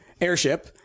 airship